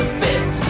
fit